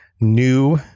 new